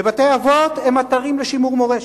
ובתי-אבות הם אתרים לשימור מורשת,